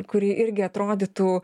kuri irgi atrodytų